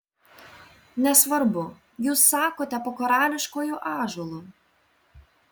nesvarbu jūs sakote po karališkuoju ąžuolu